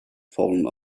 fallen